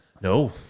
No